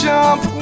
Jump